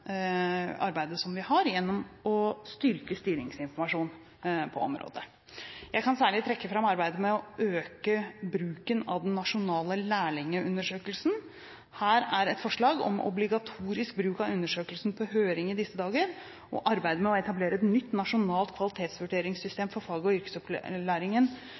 arbeidet vi har med å styrke styringsinformasjonen på området. Jeg kan særlig trekke fram arbeidet med å øke bruken av den nasjonale lærlingundersøkelsen. Her er et forslag om obligatorisk bruk av undersøkelsen på høring i disse dager, og det arbeides med å etablere et nytt nasjonalt kvalitetsvurderingssystem for fag- og yrkesopplæringen.